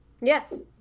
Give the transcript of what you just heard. Yes